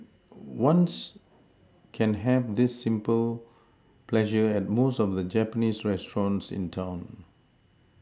ones can have this simple pleasure at most of the Japanese restaurants in town